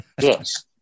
Yes